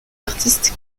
artistes